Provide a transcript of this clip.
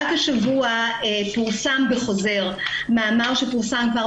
רק השבוע פורסם בחוזר מאמר שפורסם כבר